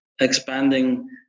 expanding